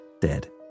dead